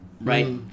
Right